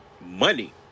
money